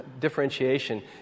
differentiation